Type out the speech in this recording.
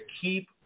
keep